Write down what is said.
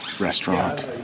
Restaurant